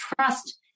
trust